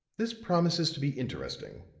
this promises to be interesting.